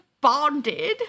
bonded